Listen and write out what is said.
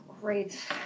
Great